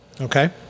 Okay